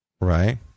Right